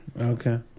okay